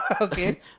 Okay